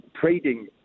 trading